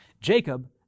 Jacob